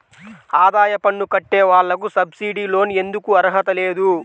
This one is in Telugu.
ఆదాయ పన్ను కట్టే వాళ్లకు సబ్సిడీ లోన్ ఎందుకు అర్హత లేదు?